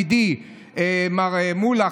ואני מאוד שמח שידידי מר מולא,